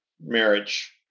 marriage